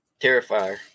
Terrifier